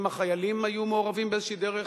ואם החיילים היו מעורבים באיזושהי דרך,